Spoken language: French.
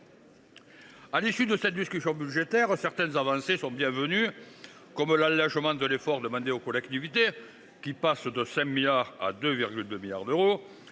À l’issue de cette discussion budgétaire, certaines avancées sont bienvenues, comme l’allégement de l’effort demandé aux collectivités territoriales, qui passe de 5 milliards à 2,2 milliards d’euros,